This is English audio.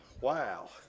Wow